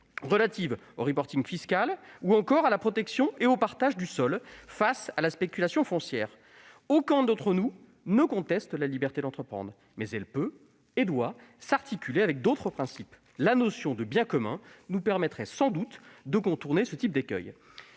relatives au fiscal ou encore à la protection et au partage du sol face à la spéculation foncière. Aucun d'entre nous ne conteste la liberté d'entreprendre, mais elle peut et doit s'articuler avec d'autres principes. La notion de « biens communs » nous permettrait, sans doute, de contourner ce type d'écueil.